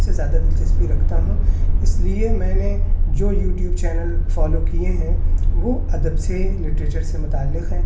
سے زیادہ دلچسپی رکھتا ہوں اس لیے میں نے جو یو ٹیوب چینل فالو کیے ہیں وہ ادب سے لٹریچر سے متعلق ہیں